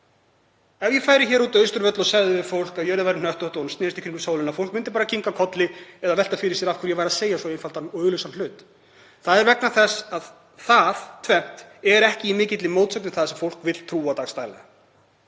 ef ég færi út á Austurvöll og segði við fólk að jörðin væri hnöttótt og snerist í kringum sólina myndi fólk bara kinka kolli eða velta fyrir sér af hverju ég væri að segja svo einfaldan og augljósan hlut. Það er vegna þess að það tvennt er ekki í mikilli mótsögn við það sem fólk vill trúa dagsdaglega.